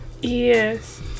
Yes